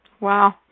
Wow